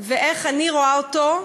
אני פשוט אבקש מכם לצאת מהאולם.